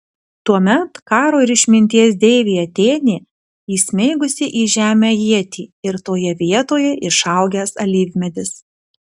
tuomet karo ir išminties deivė atėnė įsmeigusi į žemę ietį ir toje vietoje išaugęs alyvmedis